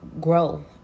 grow